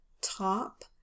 top